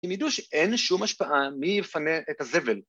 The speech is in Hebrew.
‫הם ידעו שאין שום השפעה ‫מי יפנה את הזבל.